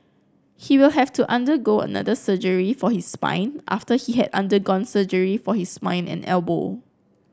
he will have to undergo another surgery for his spine after he had undergone surgery for his and elbow